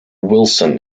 wilson